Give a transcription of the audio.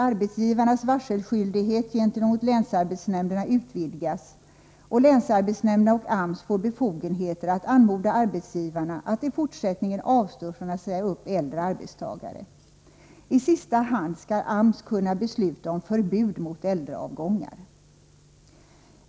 Arbetsgivarnas varselskyldighet gentemot länsarbetsnämnderna utvidgas, och länsarbetsnämnderna och AMS får befogenheter att anmoda arbetsgivarna att i fortsättningen avstå från att säga upp äldre arbetstagare. I sista hand skall AMS kunna besluta om förbud mot äldreavgångar.